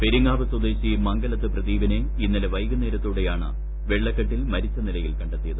പെരിങ്ങാവ് സ്വദേശി മംഗലത്ത് പ്രദീപിനെ ഇന്നലെ വൈകുന്നേരത്തോടെയാണ് ക്വ്ള്ളക്കെട്ടിൽ മരിച്ച നിലയിൽ കണ്ടെത്തിയത്